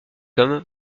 comme